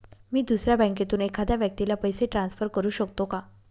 मी दुसऱ्या बँकेतून एखाद्या व्यक्ती ला पैसे ट्रान्सफर करु शकतो का?